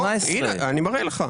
הנה, אני מראה לך: